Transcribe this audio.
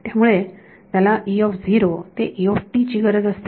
त्यामुळे त्याला ते ची गरज असते